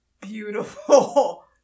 beautiful